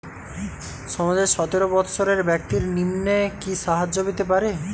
সমাজের সতেরো বৎসরের ব্যাক্তির নিম্নে কি সাহায্য পেতে পারে?